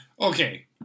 okay